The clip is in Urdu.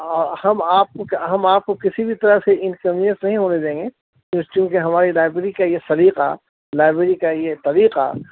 ہم آپ کو ہم آپ کو کسی بھی طرح سے انکنوینئس نہیں ہونے دیں گے چونکہ ہماری لائبریری کا یہ سلیقہ لائبریری کا یہ طریقہ